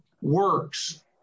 works